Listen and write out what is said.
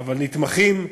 אבל נתמכים.